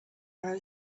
narrow